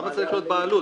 למה צריך להיות "בעלות"?